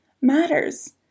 matters